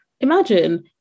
Imagine